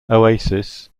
oasis